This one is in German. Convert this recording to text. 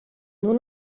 nur